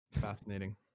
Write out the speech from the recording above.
Fascinating